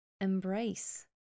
embrace